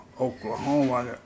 Oklahoma